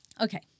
Okay